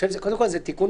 זה תיקון